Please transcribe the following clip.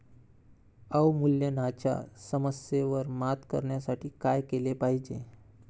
अवमूल्यनाच्या समस्येवर मात करण्यासाठी काय केले पाहिजे?